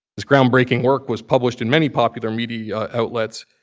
this groundbreaking work was published in many popular media outlets,